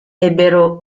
ebbero